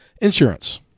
Insurance